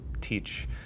teach